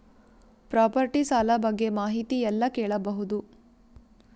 Property ಸಾಲ ಬಗ್ಗೆ ಮಾಹಿತಿ ಎಲ್ಲ ಕೇಳಬಹುದು?